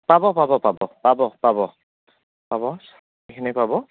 পাব পাব পাব পাব পাব পাব সেইখিনি পাব